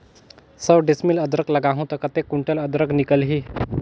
सौ डिसमिल अदरक लगाहूं ता कतेक कुंटल अदरक निकल ही?